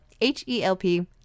H-E-L-P